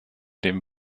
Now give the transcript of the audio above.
dem